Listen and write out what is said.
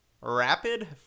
Rapid